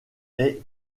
est